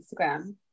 instagram